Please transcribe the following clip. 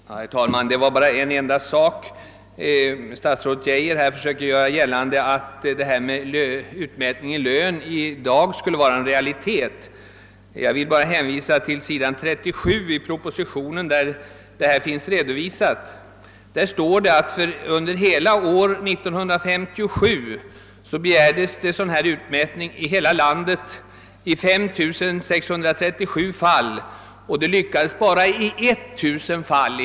Herr talman! Jag vill bara ta upp en enda sak. Statsrådet Geijer försökte göra gällande att utmätning i lön skulle vara en realitet redan i dag. Jag vill i detta sammanhang bara hänvisa till s. 37 i propositionen, där denna sak redovisas. Det står där att det under år 1957 begärdes sådan utmätning i hela landet i 5637 fall, varvid det lyckades i endast 1000 fall.